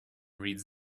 reads